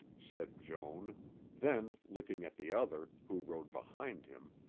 said joan then, looking at the other, who rode behind him,